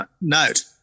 note